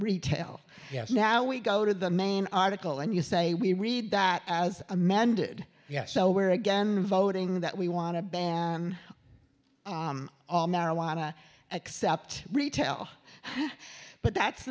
retail yes now we go to the main article and you say we read that as amended yet so we're again voting that we want to ban all marijuana except retail but that's